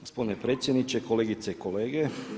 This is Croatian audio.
Gospodine predsjedniče, kolegice i kolege.